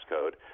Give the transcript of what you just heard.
code